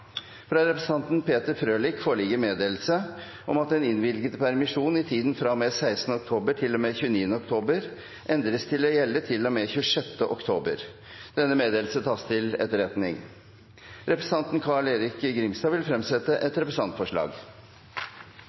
Fra representanten Peter Frølich foreligger meddelelse om at den innvilgede permisjon i tiden fra og med 16. oktober til og med 29. oktober endres til å gjelde til og med 26. oktober. – Denne meddelelse tas til etterretning. Representanten Carl-Erik Grimstad vil fremsette et representantforslag.